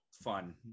fun